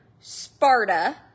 Sparta